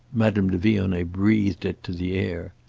madame de vionnet breathed it to the air.